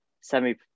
semi